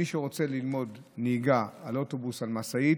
מי שרוצה ללמוד נהיגה על אוטובוס, על משאית,